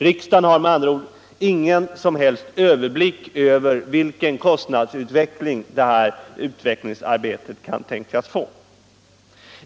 Riksdagen har med andra ord ingen som helst överblick över vad detta utvecklingsarbete kan tänkas kosta.